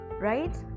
right